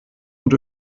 und